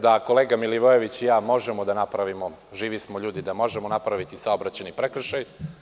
Verujem da kolega Milivojević i ja možemo da napravimo, živi smo ljudi, da možemo da napraviti saobraćajni prekršaj.